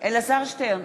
אלעזר שטרן,